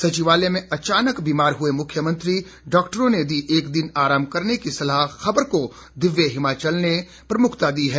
सचिवालय में अचानक बीमार हुए मुख्यमंत्री डॉक्टरों ने दी एक दिन आराम करने की सलाह खबर को दिव्य हिमाचल ने प्रमुखता दी है